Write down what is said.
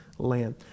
Land